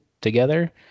together